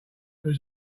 there